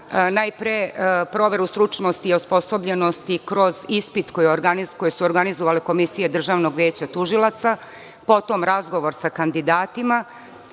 najpre proveru stručnosti i osposobljenosti kroz ispit koji su organizovale komisije Državnog veća tužilaca, potom razgovor sa kandidatima,